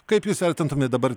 kaip jūs vertintumėt dabar